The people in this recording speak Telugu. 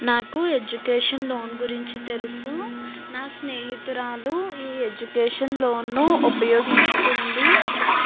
నాకు ఎడ్యుకేషన్ లోన్ గురించి తెలుసు నా స్నేహితురాలు ఈ ఎడ్యుకేషన్ లోన్ను ఉపయోగించుకుంది